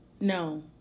No